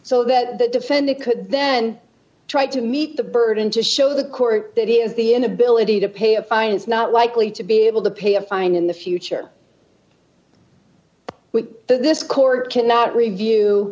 so that the defendant could then try to meet the burden to show the court that is the inability to pay a fine it's not likely to be able to pay a fine in the future this court cannot review